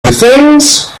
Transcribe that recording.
things